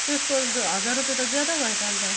त्यसको हजार रुपियाँ त ज्यादा भयो त अन्त